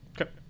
okay